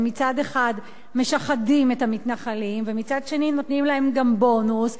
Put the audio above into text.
שמצד אחד משחדים את המתנחלים ומצד שני נותנים להם גם בונוס,